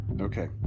Okay